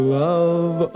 love